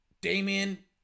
Damien